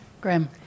Graham